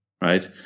right